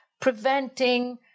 preventing